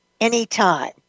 anytime